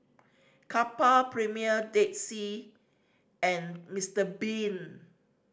Kappa Premier Dead Sea and Mister Bean